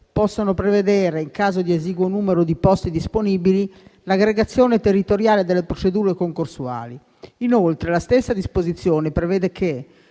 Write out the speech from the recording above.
possono prevedere, in caso di esiguo numero di posti disponibili, l'aggregazione territoriale delle procedure concorsuali. Inoltre, la stessa disposizione prevede che,